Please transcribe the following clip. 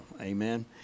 Amen